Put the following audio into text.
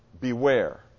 Beware